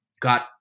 got